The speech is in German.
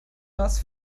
las